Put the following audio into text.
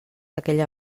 aquella